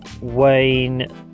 wayne